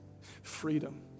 freedom